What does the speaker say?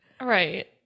Right